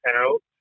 out